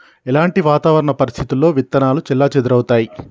ఎలాంటి వాతావరణ పరిస్థితుల్లో విత్తనాలు చెల్లాచెదరవుతయీ?